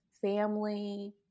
family